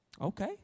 Okay